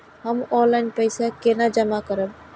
हम ऑनलाइन पैसा केना जमा करब?